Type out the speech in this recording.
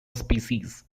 species